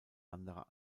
anderer